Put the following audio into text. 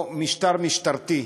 משטר צבאי, או משטר משטרתי,